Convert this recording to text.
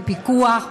בפיקוח,